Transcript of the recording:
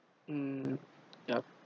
um yup